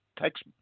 text